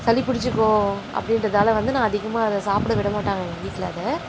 சளி பிடிச்சிக்கும் அப்படின்றதால வந்து நான் அதிகமாக அதை சாப்பிட விட மாட்டாங்க எங்கள் வீட்டில் அதை